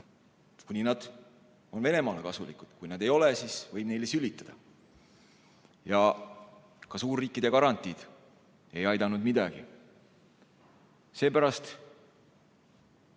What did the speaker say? kuni nad on Venemaale kasulikud, kui nad kasulikud ei ole, siis võib neile sülitada. Ka suurriikide garantiid ei aidanud midagi. Seepärast,